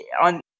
on